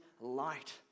light